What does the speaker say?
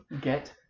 Get